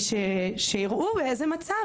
שיראו איזה מצב,